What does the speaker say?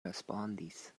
respondis